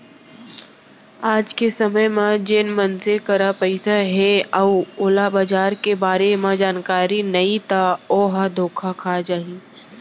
आज के समे म जेन मनसे करा पइसा हे अउ ओला बजार के बारे म जानकारी नइ ता ओहा धोखा खा जाही